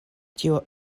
tio